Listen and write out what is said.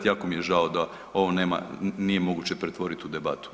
Jako mi je žao da ovo nije moguće pretvoriti u debatu.